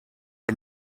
est